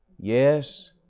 yes